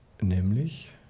Nämlich